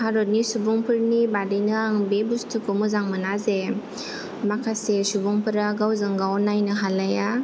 भारतनि सुबुंफोरनि बादैनो आं बे बुस्टुखौ मोजां मोना जे माखासे सुबुंफ्रा गावजों गाव नायनो हालाया